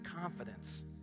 confidence